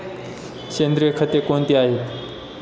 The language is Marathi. सेंद्रिय खते कोणती आहेत?